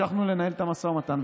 המשכנו לנהל את המשא ומתן,